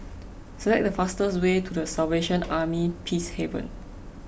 select the fastest way to the Salvation Army Peacehaven